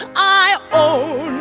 i. oh.